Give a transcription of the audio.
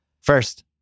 First